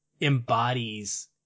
embodies